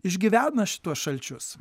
išgyvena šituos šalčius